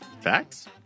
facts